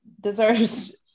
deserves